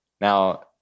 Now